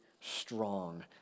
strong